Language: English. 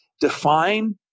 define